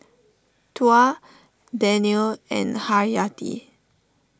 Tuah Daniel and Haryati